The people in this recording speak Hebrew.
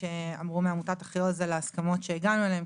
שאמרו מעמותת אחיעוז על ההסכמות שהגענו אליהן,